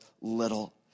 little